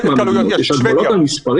יש הגבלות על התקהלויות בשוודיה.